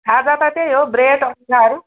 खाजा त त्यही हो ब्रेड अण्डाहरू